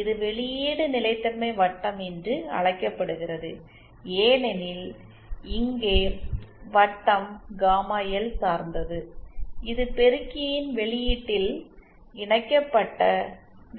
இது வெளியீடு நிலைத்தன்மை வட்டம் என்று அழைக்கப்படுகிறது ஏனெனில் இங்கே வட்டம் காமாஎல் சார்ந்தது இது பெருக்கியின் வெளியீட்டில் இணைக்கப்பட்ட